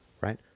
right